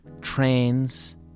trains